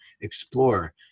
explore